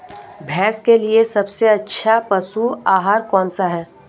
भैंस के लिए सबसे अच्छा पशु आहार कौनसा है?